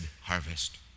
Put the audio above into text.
harvest